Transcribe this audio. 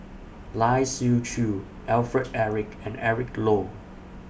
Lai Siu Chiu Alfred Eric and Eric Low